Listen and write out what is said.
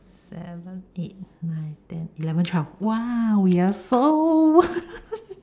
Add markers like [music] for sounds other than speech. seven eight nine ten eleven twelve !wow! we are so [laughs]